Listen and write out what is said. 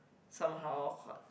somehow